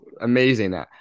amazing